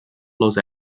los